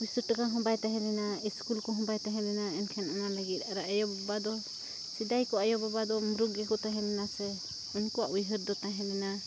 ᱯᱩᱭᱥᱟ ᱴᱟᱠᱟ ᱦᱚᱸ ᱵᱟᱭ ᱛᱟᱦᱮᱸ ᱞᱮᱱᱟ ᱥᱠᱩᱞ ᱠᱚᱦᱚᱸ ᱵᱟᱭ ᱛᱟᱦᱮᱸ ᱞᱮᱱᱟ ᱮᱱᱠᱷᱟᱱ ᱚᱱᱟ ᱞᱟᱹᱜᱤᱫ ᱟᱨ ᱟᱭᱳᱼᱵᱟᱵᱟ ᱫᱚ ᱥᱮᱫᱟᱭ ᱠᱚ ᱟᱭᱳᱼᱵᱟᱵᱟ ᱫᱚ ᱢᱩᱨᱩᱠ ᱜᱮᱠᱚ ᱛᱟᱦᱮᱸ ᱞᱮᱱᱟ ᱥᱮ ᱩᱱᱠᱩᱣᱟᱜ ᱩᱭᱦᱟᱹᱨ ᱫᱚ ᱛᱟᱦᱮᱸ ᱞᱮᱱᱟ